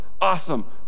awesome